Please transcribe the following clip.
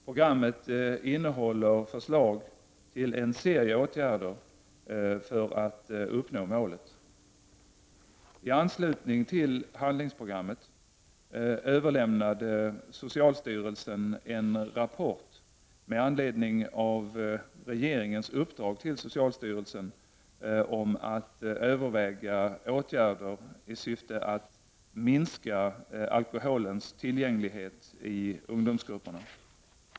Programmet innehåller förslag till en serie åtgärder för att uppnå målet. I anslutning till handlingsprogrammet överlämnade socialstyrelsen en rapport med anledning av regeringens uppdrag till socialstyrelsen om att överväga åtgärder i syfte att minska alkoholens tillgänglighet i ungdomsgrupperna.